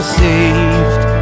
saved